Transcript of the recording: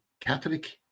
Catholic